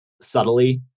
subtly